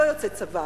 לא יוצאי צבא?